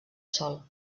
sol